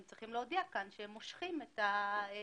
הם צריכים להודיע שהם מושכים את הצווים.